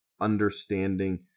understanding